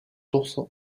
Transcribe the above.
source